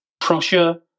Prussia